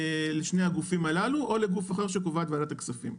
הגופים הללו או לגוף אחר שקובעת ועדת הכספים.